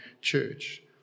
church